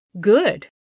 good